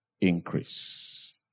Increase